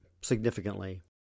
significantly